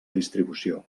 distribució